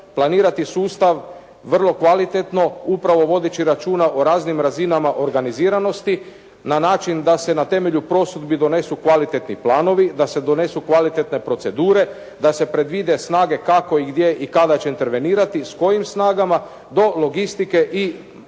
planirati sustav vrlo kvalitetno upravo vodeći računa o raznim razinama organiziranosti na način da se na temelju prosudbi donesu kvalitetni planovi, da se donesu kvalitetne procedure, da se predvide snage kako i gdje i kada će intervenirati, s kojim snagama do logistike i